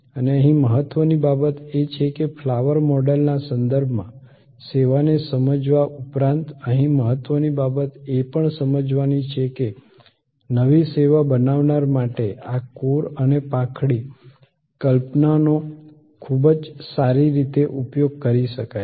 અને અહીં મહત્વની બાબત એ છે કે ફ્લાવર મોડલના સંદર્ભમાં સેવાને સમજવા ઉપરાંત અહીં મહત્વની બાબત એ પણ સમજવાની છે કે નવી સેવા બનાવવા માટે આ કોર અને પાંખડી કલ્પનાનો ખૂબ જ સારી રીતે ઉપયોગ કરી શકાય છે